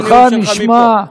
קולך נשמע.